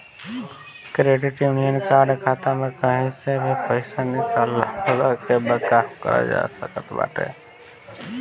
credit union card खाता में कही से भी पईसा निकलला के काम कर सकत बाटे